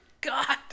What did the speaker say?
God